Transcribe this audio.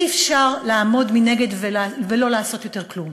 אי-אפשר לעמוד מנגד ולא לעשות יותר כלום.